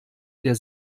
der